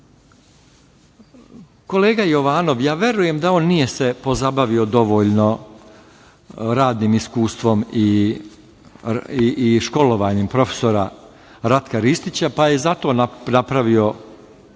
vode. Kolega Jovanov, ja verujem da se on nije pozabavio dovoljno radnim iskustvom i školovanjem profesora Ratka Ristića, pa je zato napravio